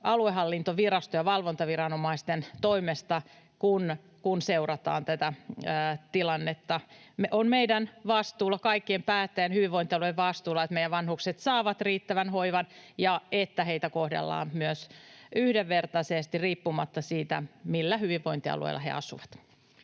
aluehallintoviraston ja valvontaviranomaisten toimesta, kun seurataan tätä tilannetta. On meidän kaikkien päättäjien, hyvinvointialueiden vastuulla, että meidän vanhukset saavat riittävän hoivan ja että heitä kohdellaan yhdenvertaisesti riippumatta siitä, millä hyvinvointialueella he asuvat.